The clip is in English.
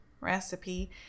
recipe